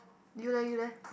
you leh you leh